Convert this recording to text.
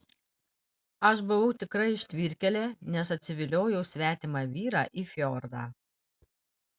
aš buvau tikra ištvirkėlė nes atsiviliojau svetimą vyrą į fjordą